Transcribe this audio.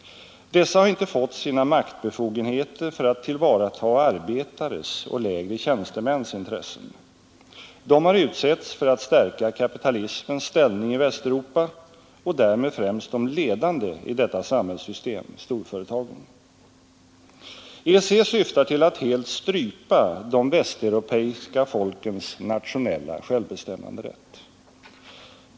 Dessa har inte fått sina maktbefogenheter för att tillvarata arbetares och lägre tjänstemäns intressen. De har utsetts för att stärka kapitalismens ställning i Västeuropa och därmed främst de ledande i detta samhällssystem — storföretagen. EEC syftar till att helt strypa de västeuropeiska folkens nationella självbestämmanderätt.